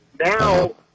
Now